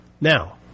Now